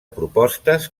propostes